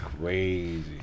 crazy